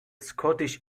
scottish